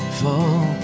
fall